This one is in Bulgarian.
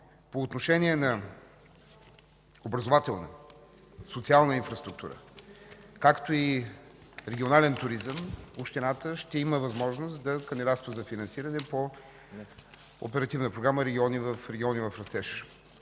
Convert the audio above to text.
По отношение на образователна, социална инфраструктура, както и регионален туризъм, общината ще има възможност да кандидатства за финансиране по Оперативна програма „Региони в растеж”.